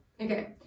okay